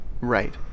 Right